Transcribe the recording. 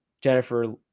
jennifer